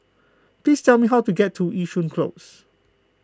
please tell me how to get to Yishun Close